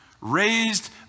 Raised